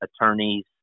attorneys